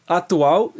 atual